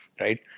right